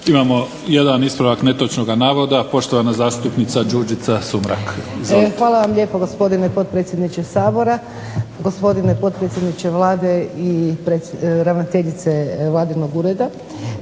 Imamo jedan ispravak netočnoga navoda, poštovana zastupnica Đurđica Sumrak. **Sumrak, Đurđica (HDZ)** Hvala vam lijepo gospodine potpredsjedniče Sabora, gospodine potpredsjedniče Vlade i ravnateljice Vladinog ureda.